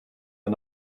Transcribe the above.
the